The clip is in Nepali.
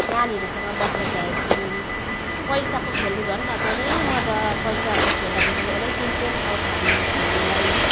नानीहरूसँग बसेर खेल्छौँ पैसाको खेल्नु झन् अझ नै मजा पैसाको खेल्दाखेरि चाहिँ अझै इन्ट्रेस्ट आउँछ हामीलाई खेल्नुलाई